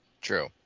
True